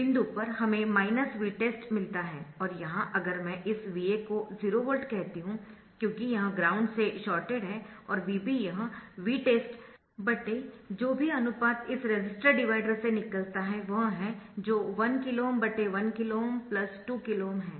इस बिंदु पर हमें Vtest मिलता है और यहां अगर मैं इस VA को 0 वोल्ट कहती हूं क्योंकि यह ग्राउंड से शॉर्टेड है और VB यह Vtest जो भी अनुपात इस रेसिस्टर डिवाइडर से निकलता है वह है जो 1KΩ 1KΩ 2KΩ है